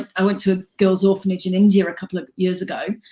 i went to a girls orphanage in india, a couple of years ago,